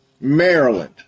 Maryland